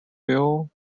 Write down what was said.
few